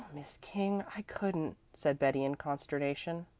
miss king, i couldn't, said betty in consternation.